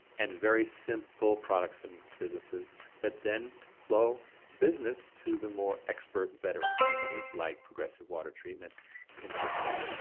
and very simple products and businesses that then flow business to the more expert veteran companies like progressive water treatment in texas,